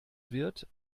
wird